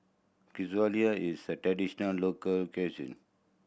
is traditional local cuisine